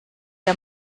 der